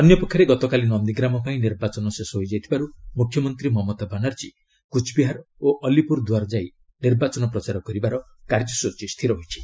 ଅନ୍ୟପକ୍ଷରେ ଗତକାଲି ନନ୍ଦୀଗ୍ରାମ ପାଇଁ ନିର୍ବାଚନ ଶେଷ ହୋଇଥିବାରୁ ମୁଖ୍ୟମନ୍ତ୍ରୀ ମମତା ବାନାର୍ଜୀ କୁଚ୍ବିହାର ଓ ଅଲ୍ଲୀପୁର ଦୁଆର ଯାଇ ନିର୍ବାଚନ ପ୍ରଚାର କରିବାର କାର୍ଯ୍ୟସ୍ଚୀ ସ୍ଥିର ହୋଇଛି